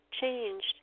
changed